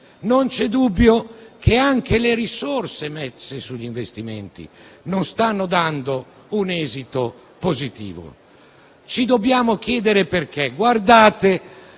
Non c'è dubbio che anche le risorse messe sugli investimenti non stanno dando un esito positivo. Dobbiamo chiedercene